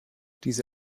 diese